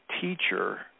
teacher